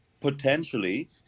potentially